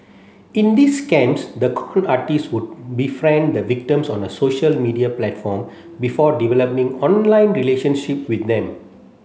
in these scams the con artists would befriend the victims on social media platform before developing online relationships with them